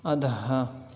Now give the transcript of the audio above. अधः